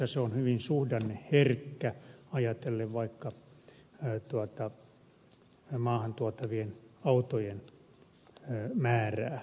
se on hyvin suhdanneherkkä ajatellen vaikka maahantuotavien autojen määrää